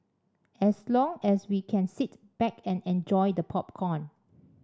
as long as we can sit back and enjoy the popcorn